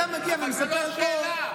אתה מגיע ומספר פה, אבל זו לא השאלה.